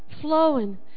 flowing